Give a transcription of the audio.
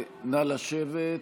נא לשבת.